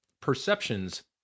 perceptions